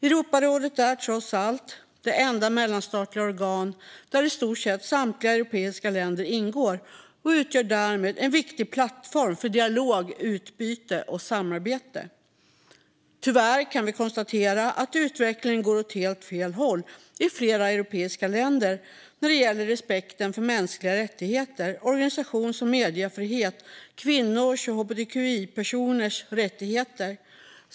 Europarådet är trots allt det enda mellanstatliga organ där i stort sett samtliga europeiska länder ingår och utgör därmed en viktig plattform för dialog, utbyte och samarbete. Tyvärr kan vi konstatera att utvecklingen går åt helt fel håll i flera europeiska länder när det gäller respekten för mänskliga rättigheter, organisations och mediefrihet och kvinnors och hbtqi-personers rättigheter.